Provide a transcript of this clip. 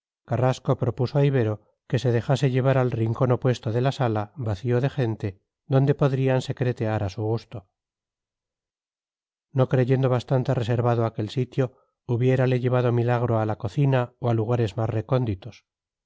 carrasco propuso a ibero que se dejase llevar al rincón opuesto de la sala vacío de gente donde podrían secretear a su gusto no creyendo bastante reservado aquel sitio hubiérale llevado milagro a la cocina o a lugares más recónditos